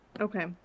Okay